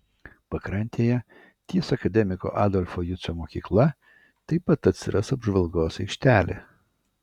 pakrantėje ties akademiko adolfo jucio mokykla taip pat atsiras apžvalgos aikštelė